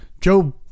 Joe